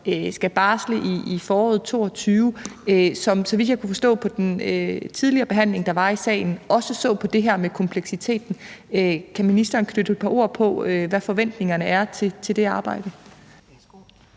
skal barsle i foråret 2022, og som – så vidt jeg kunne forstå på den tidligere behandling her i salen – også skal se på det her med kompleksiteten. Kan ministeren knytte et par ord til, hvad forventningerne er til det arbejde?